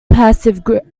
passive